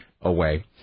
away